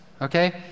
okay